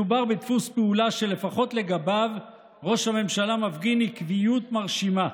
מדובר בדפוס פעולה שלפחות לגביו ראש הממשלה מפגין עקביות מרשימה.